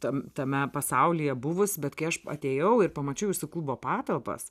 tam tame pasaulyje buvus bet kai aš atėjau ir pamačiau jūsų klubo patalpas